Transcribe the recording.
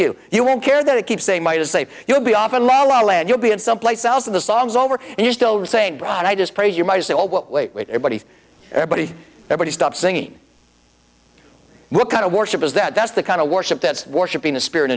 you you won't care that it keeps they might say you'll be off in la la land you'll be in some place else of the songs over and you're still saying brian i just pray you might say well what wait wait everybody everybody nobody stops singing what kind of worship is that that's the kind of worship that's worshipping the spirit